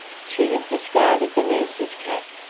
she had discarded the nurse's cap,